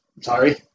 Sorry